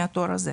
מהתור הזה.